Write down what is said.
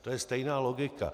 To je stejná logika.